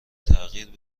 تغییر